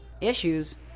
issues